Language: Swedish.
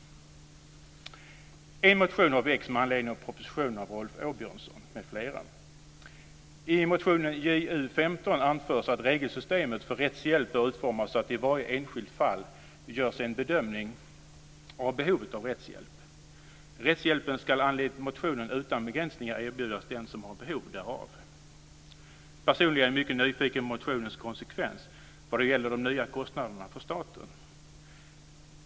En motion med anledning av propositionen har väckts av Rolf Åbjörnsson m.fl. I motionen, Ju15, anförs att regelsystemet för rättshjälp bör utformas så att det i varje enskilt fall görs en bedömning av behovet av rättshjälp. Rättshjälpen ska enligt motionen utan begränsningar erbjudas den som har behov därav. Personligen är jag mycket nyfiken på motionens konsekvens vad gäller de nya kostnaderna för staten.